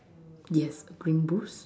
yes green boost